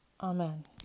Amen